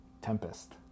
Tempest